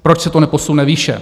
Proč se to neposune výše?